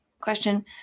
question